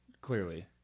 clearly